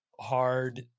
hard